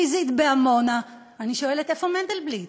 פיזית בעמונה, אני שואלת: איפה מנדלבליט?